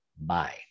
bye